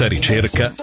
ricerca